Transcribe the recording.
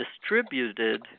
distributed